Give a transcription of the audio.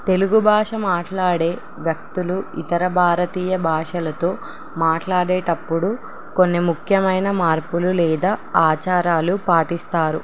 తెలుగు భాష మాట్లాడే వ్యక్తులు ఇతర భారతీయ భాషలతో మాట్లాడేటప్పుడు కొన్ని ముఖ్యమైన మార్పులు లేదా ఆచారాలు పాటిస్తారు